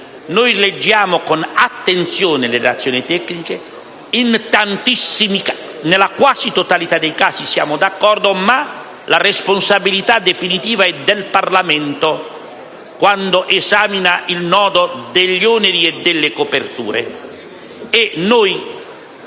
Leggiamo con attenzione le relazioni tecniche e nella quasi totalità dei casi siamo d'accordo, ma la responsabilità definitiva è del Parlamento allorquando si esamina il nodo degli oneri e delle coperture.